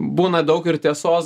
būna daug ir tiesos